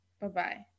Bye-bye